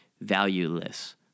valueless